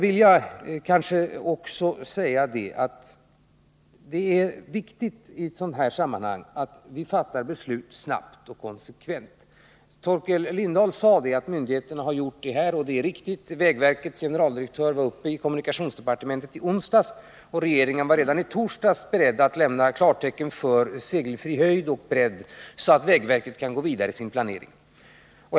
I ett sådant här sammanhang är det också viktigt att vi fattar beslut snabbt och konsekvent. Torkel Lindahl sade att myndigheterna har gjort så i detta fall, och det är riktigt. Vägverkets generaldirektör var uppe i kommunikationsdepartementet i onsdags, och regeringen var redan i torsdags beredd att lämna klartecken för segelfri höjd och bredd för att vägverket skulle kunna gå vidare i planeringen.